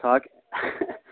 छ कि